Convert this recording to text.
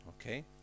okay